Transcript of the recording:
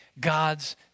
God's